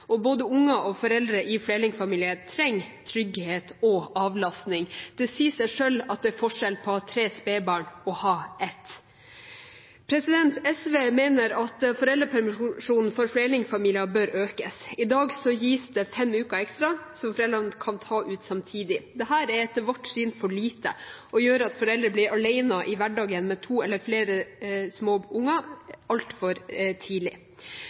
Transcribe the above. har. Både barn og foreldre i flerlingfamilier trenger trygghet og avlastning. Det sier seg selv at det er forskjell på å ha tre spedbarn og å ha ett. SV mener at foreldrepermisjonen for flerlingfamilier bør økes. I dag gis det fem uker ekstra, som foreldrene kan ta ut samtidig. Dette er etter vårt syn for lite og gjør at en forelder blir alene i hverdagen med to eller flere små barn altfor tidlig.